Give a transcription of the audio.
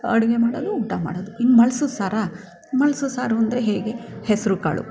ಅಡುಗೆ ಮಾಡೋದು ಊಟ ಮಾಡೋದು ಇನ್ನು ಮಳ್ಸು ಸಾರಾ ಮಳ್ಸು ಸಾರು ಅಂದರೆ ಹೇಗೆ ಹೆಸರುಕಾಳು